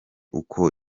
uko